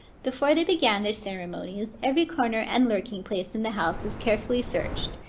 before they began their ceremonies, every corner and lurking place in the house was carefully searched,